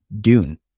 Dune